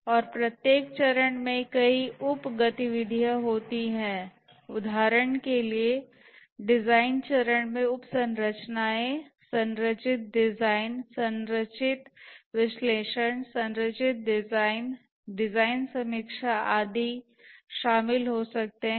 और प्रत्येक चरण में कई उप गतिविधियाँ होती हैं उदाहरण के लिए डिज़ाइन चरण में उप संरचनाएँ संरचित डिज़ाइन संरचित विश्लेषण संरचित डिज़ाइन डिज़ाइन समीक्षा आदि शामिल हो सकती हैं